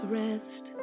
rest